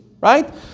right